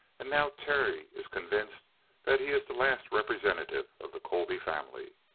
and now terry is convinced that he is the last representative of the colby family.